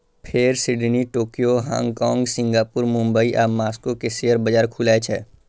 फेर Sydney, Tokyo, Hong Kong, Singapore, Mumbai आ Moscow के शेयर बाजार खुलै छै